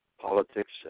politics